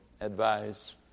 advice